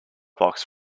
box